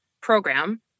program